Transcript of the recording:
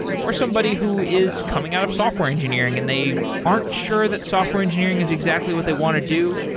or somebody who is coming out of software engineering and they aren't sure that software engineering is exactly what they want to do.